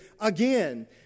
again